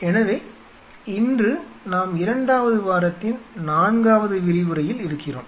எனவே இன்று நாம் இரண்டாவது வாரத்தின் 4 வது விரிவுரையில் இருக்கிறோம்